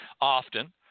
Often